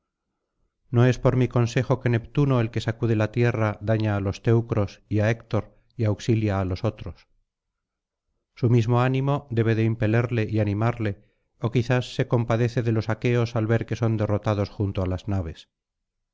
no es por mi consejo que neptuno el que sacude la tierra daña á los teucros y á héctor y auxilia á los otros su mismo ánimo debe de impelerle y animarle ó quizás se compadece de los aqueos al ver que son derrotados junto á las naves